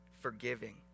forgiving